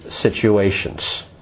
situations